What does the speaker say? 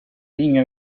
inga